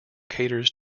caters